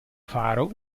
faro